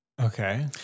Okay